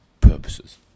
purposes